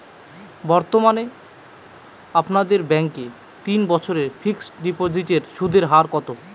বর্তমানে আপনাদের ব্যাঙ্কে তিন বছরের ফিক্সট ডিপোজিটের সুদের হার কত?